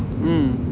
mm